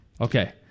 Okay